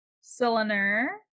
Cylinder